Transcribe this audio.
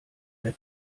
der